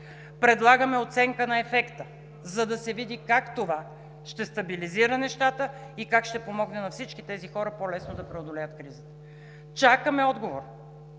предлагаме оценка на ефекта, за да се види как това ще стабилизира нещата и как ще помогне на всички тези хора по-лесно да преодолеят кризата. Чакаме отговор